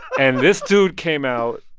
and this dude came out.